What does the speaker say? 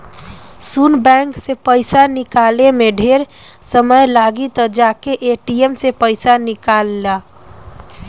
सुन बैंक से पइसा निकाले में ढेरे समय लागी त जाके ए.टी.एम से पइसा निकल ला